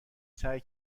سعی